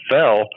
fell